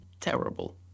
terrible